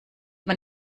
man